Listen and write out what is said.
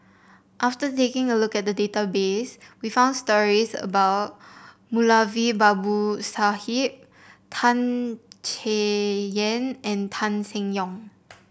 after taking a look at the database we found stories about Moulavi Babu Sahib Tan Chay Yan and Tan Seng Yong